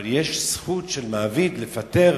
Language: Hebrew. אבל יש זכות של מעביד לפטר